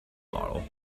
model